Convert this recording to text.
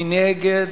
מי נגד?